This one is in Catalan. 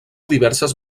diverses